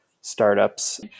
startups